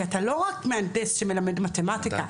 כי אתה לא רק מהנדס שמלמד מתמטיקה,